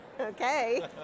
Okay